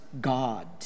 God